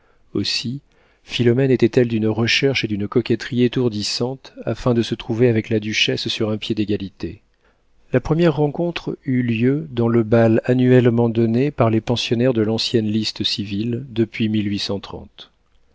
aussi philomène était-elle d'une recherche et d'une coquetterie étourdissantes afin de se trouver avec la duchesse sur un pied d'égalité la première rencontre eut lieu dans le bal annuellement donné pour les pensionnaires de l'ancienne liste civile depuis